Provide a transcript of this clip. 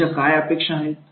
त्यांच्या काय अपेक्षा आहेत